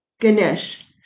Ganesh